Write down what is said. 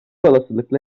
olasılıkla